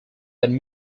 then